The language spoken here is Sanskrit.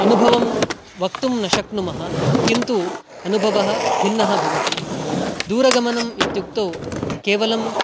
अनुभवं वक्तुं न शक्नुमः किन्तु अनुभवः भिन्नः भवति दूरगमनम् इत्युक्तौ केवलं